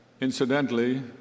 incidentally